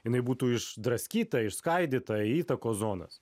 jinai būtų išdraskyta išskaidyta į įtakos zonas